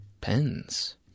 pens